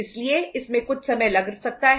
इसलिए इसमें कुछ समय लग सकता है